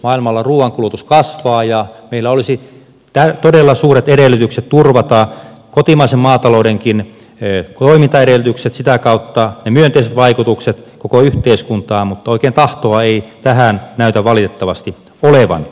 maailmalla ruuan kulutus kasvaa ja meillä olisi todella suuret edellytykset turvata kotimaisen maataloudenkin toimintaedellytykset sitä kautta ne myönteiset vaikutukset koko yhteiskuntaan mutta oikein tahtoa ei tähän näytä valitettavasti olevan